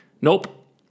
Nope